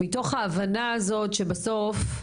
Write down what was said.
מתוך ההבנה הזאת שבסוף,